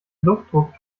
luftdruck